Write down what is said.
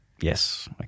Yes